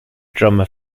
drummer